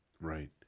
Right